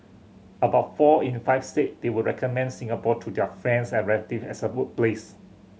about four in five said they would recommend Singapore to their friends and relatives as a workplace